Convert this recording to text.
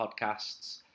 podcasts